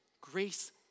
Grace